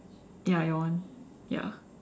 ya your one ya